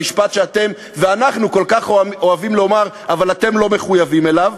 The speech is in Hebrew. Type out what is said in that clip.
המשפט שאתם ואנחנו כל כך אוהבים לומר אבל לא מחויבים לו,